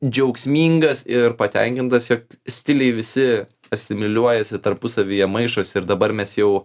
džiaugsmingas ir patenkintas jog stiliai visi asimiliuojasi tarpusavyje maišosi ir dabar mes jau